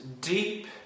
deep